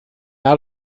out